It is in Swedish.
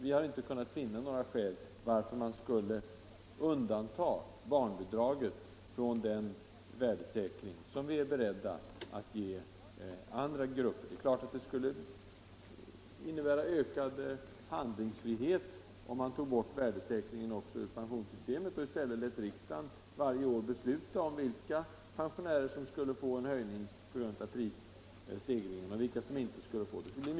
Vi har inte kunnat finna några skäl till att man skulle undanta barnbidraget från den värdesäkring som vi är beredda att ge andra grupper. Det är klart att det skulle innebära ökad handlingsfrihet om man tog bort värdesäkringen också ur pensionssystemet och i stället lät riksdagen varje år besluta vilka pensionärer som skulle få en höjning på grund av prisstegringarna och vilka som inte skulle få det.